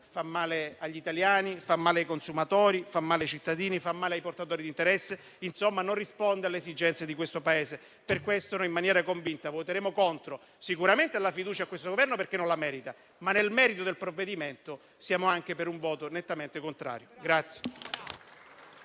fa male agli italiani, fa male ai consumatori, fa male ai cittadini e fa male ai portatori di interesse; insomma, non risponde alle esigenze di questo Paese. Per questo, in maniera convinta, voteremo contro sicuramente alla fiducia a questo Governo, perché non la merita, ma anche nel merito del provvedimento siamo per un voto nettamente contrario.